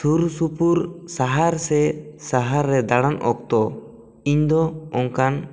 ᱥᱩᱨ ᱥᱩᱯᱩᱨ ᱥᱟᱦᱟᱨ ᱥᱮ ᱥᱟᱦᱟᱨ ᱨᱮ ᱫᱟᱬᱟᱱ ᱚᱠᱛᱚ ᱤᱧ ᱫᱚ ᱚᱱᱠᱟᱱ